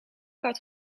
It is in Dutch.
had